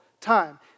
time